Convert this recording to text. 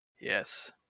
Yes